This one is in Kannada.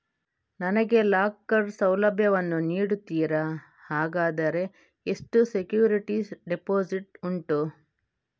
ನನಗೆ ಲಾಕರ್ ಸೌಲಭ್ಯ ವನ್ನು ನೀಡುತ್ತೀರಾ, ಹಾಗಾದರೆ ಎಷ್ಟು ಸೆಕ್ಯೂರಿಟಿ ಡೆಪೋಸಿಟ್ ಉಂಟು?